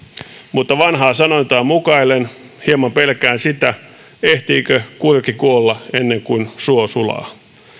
mutta vanhaa sanontaa mukaillen hieman pelkään sitä ehtiikö kurki kuolla ennen kuin suo sulaa